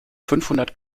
fünfhundert